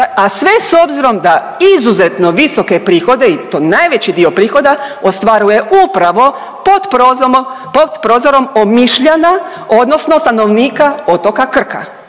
a sve s obzirom da izuzetno visoke prihode i to najveći dio prihoda ostvaruje upravo pod prozorom Omišljana odnosno stanovnika otoka Krka,